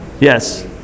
Yes